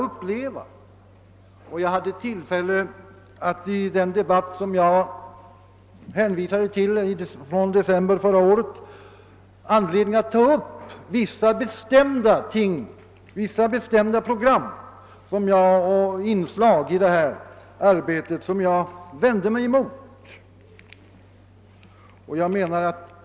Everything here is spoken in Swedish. Under den debatt i december förra året, som jag hänvisade till, hade jag anledning att ta upp vissa bestämda program och vissa inslag i detta arbete som jag vände mig mot.